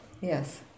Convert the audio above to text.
Yes